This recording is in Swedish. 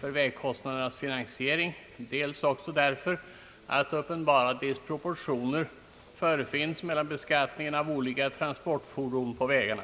för vägkostnadernas finansiering, dels också därför att uppenbara disproportioner föreligger mellan beskattningen av olika transportfordon på vägarna.